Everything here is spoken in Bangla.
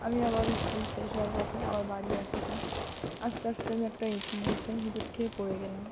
আমি আবার স্কুল শেষ হওয়ার পথে আবার বাড়ি আসছি আসতে আসতে আমি একটা ইটের মধ্যে হোঁচট খেয়ে পড়ে গেলাম